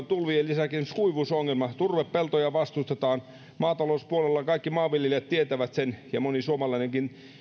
tulvien lisäksi esimerkiksi kuivuusongelma turvepeltoja vastustetaan mutta maatalouspuolella kaikki maanviljelijät tietävät sen ja moni suomalainen